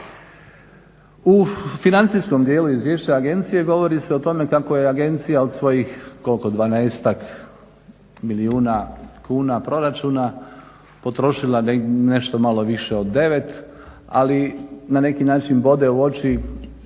U financijskom dijelu izvješća agencije govori se o tome kako je agencija od svojih, koliko 12 milijuna kuna proračuna potrošila nešto malo više od 9, ali na neki način bode u oči